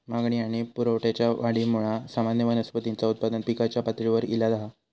मागणी आणि पुरवठ्याच्या वाढीमुळा सामान्य वनस्पतींचा उत्पादन पिकाच्या पातळीवर ईला हा